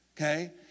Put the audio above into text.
okay